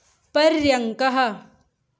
पर्यङ्कः